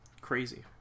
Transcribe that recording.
Crazy